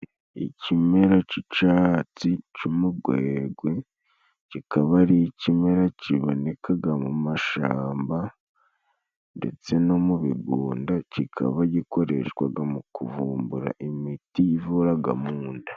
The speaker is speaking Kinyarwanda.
Ikimera c'icatsi c'umugwegwe kikaba ari ikimera kibonekaga mu mashamba, ndetse no mu bigunda, kikaba gikoreshwaga mu kuvumbura imiti ivuraga mu nda.